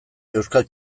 euskal